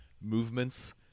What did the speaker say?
movements